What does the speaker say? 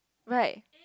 right